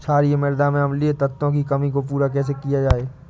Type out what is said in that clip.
क्षारीए मृदा में अम्लीय तत्वों की कमी को पूरा कैसे किया जाए?